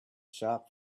shop